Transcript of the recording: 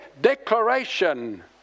declaration